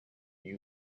you